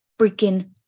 freaking